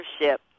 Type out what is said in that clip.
leadership